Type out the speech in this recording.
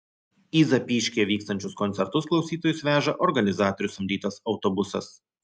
į zapyškyje vykstančius koncertus klausytojus veža organizatorių samdytas autobusas